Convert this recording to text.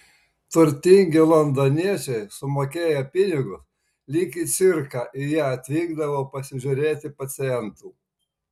turtingi londoniečiai sumokėję pinigus lyg į cirką į ją atvykdavo pasižiūrėti pacientų